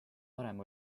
varem